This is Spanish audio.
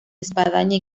espadaña